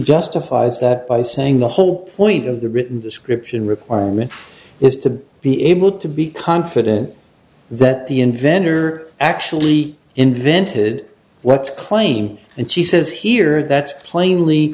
justifies that by saying the whole point of the written description requirement is to be able to be confident that the inventor actually invented what's claim and she says here that's plainly